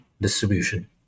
distribution